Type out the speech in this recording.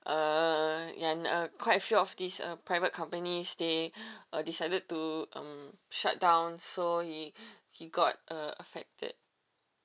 uh and a quite few of this uh private company stay uh decided to um shut down so he he got uh affected